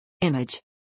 Image